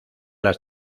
las